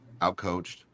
outcoached